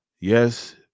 Yes